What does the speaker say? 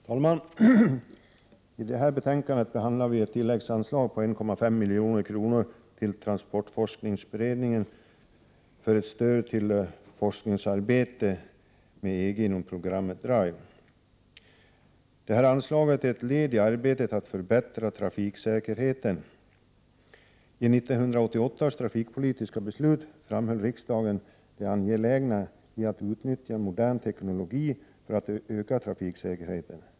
Fru talman! I det här betänkandet behandlar vi ett tilläggsanslag på 1,5 milj.kr. till transportforskningsberedningen för stöd till forskningsarbete med EG inom programmet DRIVE. Detta anslag är ett led i arbetet att förbättra trafiksäkerheten. I 1988 års trafikpolitiska beslut framhöll riksdagen det angelägna i att utnyttja modern teknik för att öka trafiksäkerheten.